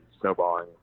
snowballing